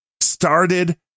started